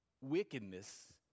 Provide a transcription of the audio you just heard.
Wickedness